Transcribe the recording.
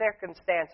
circumstances